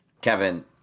Kevin